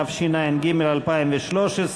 התשע"ג 2013,